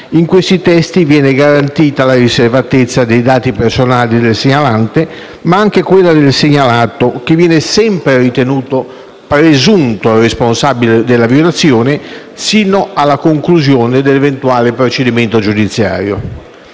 In quei testi viene garantita la riservatezza dei dati personali del segnalante, ma anche quella del segnalato, che viene sempre ritenuto «presunto responsabile» della violazione, sino alla conclusione dell'eventuale procedimento giudiziario.